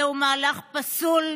זהו מהלך פסול,